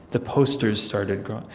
the posters started growing.